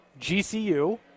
GCU